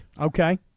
Okay